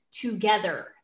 together